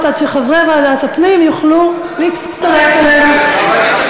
עד שחברי ועדת הפנים יוכלו להצטרף אלינו.